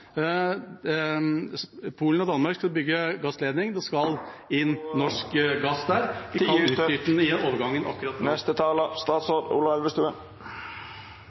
inn der. Polen og Danmark skal bygge gassledning. Det skal inn norsk gass der. Vi kan utnytte den i overgangen, akkurat